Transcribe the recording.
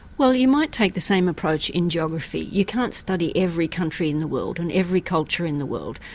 well, you might take the same approach in geography. you can't study every country in the world and every culture in the world,